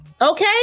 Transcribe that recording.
Okay